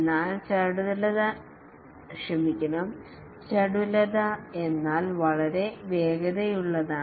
എന്നാൽ ചടുലത എന്നാൽ വളരെ വേഗതയുള്ളതാണ്